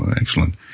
Excellent